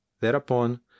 Thereupon